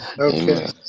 Okay